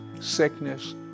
sickness